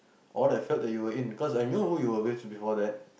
all effort that you were in cause I knew who you were with before that